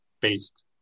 based